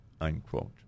unquote